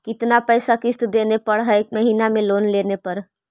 कितना पैसा किस्त देने पड़ है महीना में लोन लेने पर?